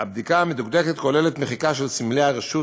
הבדיקה המדוקדקת כוללת מחיקה של סמלי הרשות